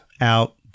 out